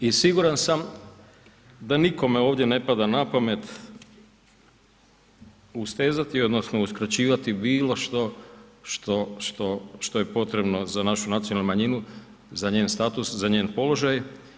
I siguran sam da nikome ovdje ne pada na pamet ustezati odnosno uskraćivati bilo što je potrebno za našu nacionalnu manjinu, za njen status, za njen položaj.